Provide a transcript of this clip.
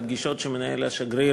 הפגישות שמנהל השגריר